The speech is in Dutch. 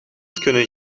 kunnen